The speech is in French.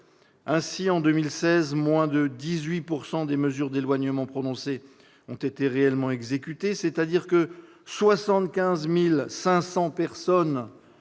Ainsi, en 2016, moins de 18 % des mesures d'éloignement prononcées ont été réellement exécutées, c'est-à-dire que 75 500 personnes